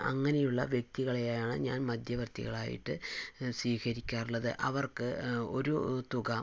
അങ്ങനെയുള്ള വ്യക്തികളെയാണ് ഞാൻ മധ്യവർത്തികളായിട്ട് സ്വീകരിക്കാറുള്ളത് അവർക്ക് ഒരു തുക